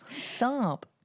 Stop